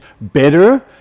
better